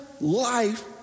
life